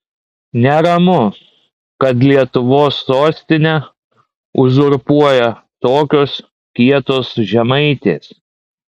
neramu kad lietuvos sostinę uzurpuoja tokios kietos žemaitės